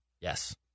Yes